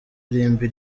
irimbi